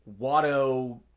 Watto